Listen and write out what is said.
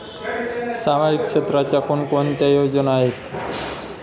सामाजिक क्षेत्राच्या कोणकोणत्या योजना आहेत?